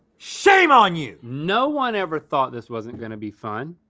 shame on you! no one ever thought this wasn't gonna be fun.